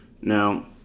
Now